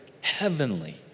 heavenly